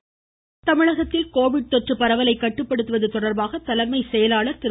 மமமமமமம ராஜிவ் ரஞ்சன் தமிழகத்தில் கோவிட் தொற்று பரவலை கட்டுப்படுத்துவது தொடர்பாக தலைமை செயலாளர் திரு